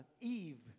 Eve